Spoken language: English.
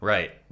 Right